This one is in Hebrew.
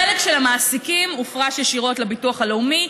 החלק של המעסיקים הופרש ישירות לביטוח הלאומי,